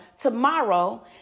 tomorrow